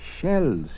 Shells